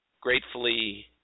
gratefully